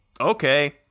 okay